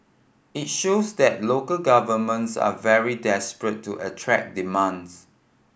it shows that local governments are very desperate to attract demands